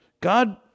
God